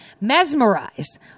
mesmerized